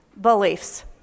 beliefs